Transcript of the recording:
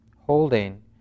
holding